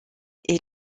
est